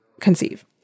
conceive